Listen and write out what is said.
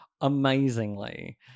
amazingly